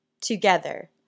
together